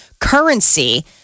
currency